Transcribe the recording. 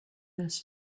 this